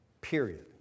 period